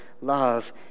love